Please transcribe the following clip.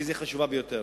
כי היא חשובה ביותר.